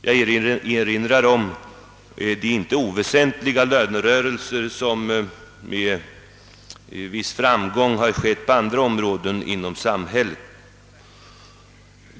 Jag erinrar om de inte oväsentliga lönerörelser som med viss framgång har bedrivits på andra områden inom samhället.